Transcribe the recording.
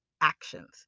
actions